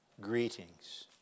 greetings